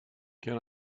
can